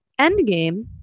Endgame